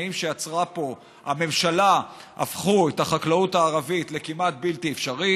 התנאים שיצרה פה הממשלה הפכו את החקלאות הערבית לכמעט בלתי אפשרית.